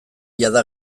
jada